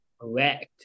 Correct